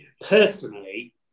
Personally